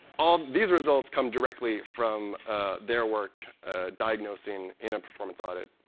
all these results come directly from their work diagnosing in a performance audit,